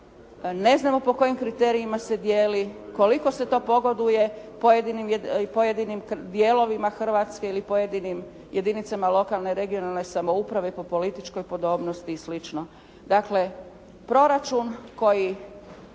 Ne znamo po kojim kriterijima se dijeli, koliko se to pogoduje pojedinim dijelovima Hrvatske ili pojedinim jedinicama lokalne regionalne samouprave i po političkoj podobnosti i slično. Dakle, proračun koji